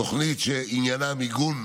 תוכנית שעניינה מיגון,